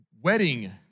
Wedding